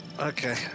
Okay